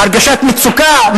הרגשת מצוקה,